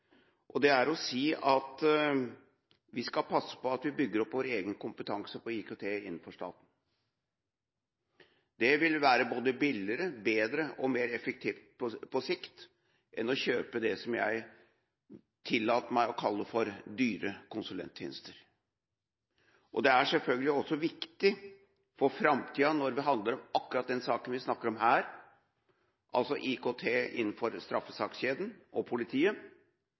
og det er å si at vi skal passe på at vi bygger opp vår egen kompetanse på IKT innenfor staten. Det vil på sikt være både billigere, bedre og mer effektivt enn å kjøpe det jeg tillater meg å kalle dyre konsulenttjenester. Det er selvfølgelig også viktig for framtiden, når det handler om akkurat den saken vi her snakker om – altså IKT innenfor straffesakskjeden og politiet